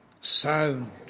sound